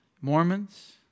Mormons